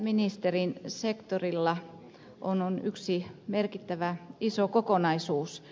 viestintäministerin sektorilla on yksi merkittävä iso kokonaisuus